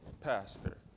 pastor